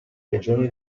regione